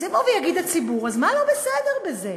אז יבוא ויגיד הציבור: אז מה לא בסדר בזה?